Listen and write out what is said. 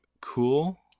Cool